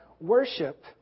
worship